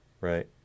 right